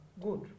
good